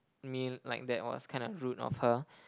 me like that was kind of rude of her